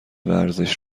ورزش